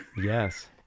Yes